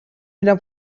میرم